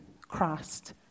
Christ